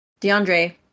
DeAndre